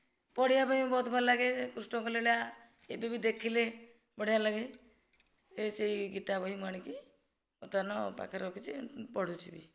ପଢ଼ିବା ପାଇଁ ବି ବହୁତ ଭଲ ଲାଗେ କୃଷ୍ଣଙ୍କ ଲୀଳା ଏବେ ବି ଦେଖିଲେ ବଢ଼ିଆ ଲାଗେ ଏ ସେହି ଗୀତା ବହି ମୁଁ ଆଣିକି ମୋ କାନ ପାଖରେ ରଖିଛି ପଢ଼ୁଛି ବି